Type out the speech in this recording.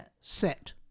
set